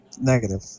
Negative